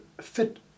fit